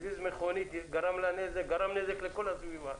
הזיז מכונית וגרם לה נזק, גרם נזק לכל הסביבה.